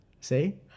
See